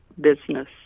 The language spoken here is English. business